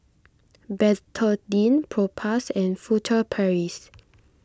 Betadine Propass and Furtere Paris